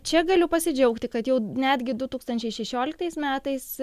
čia galiu pasidžiaugti kad jau netgi du tūkstančiai šešioliktais metais